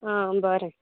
आं बरें